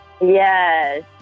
Yes